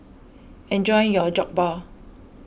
enjoy your Jokbal